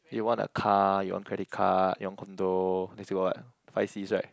you want a car you want credit card you want condo next still got what five Cs right